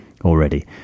already